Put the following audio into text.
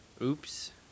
Oops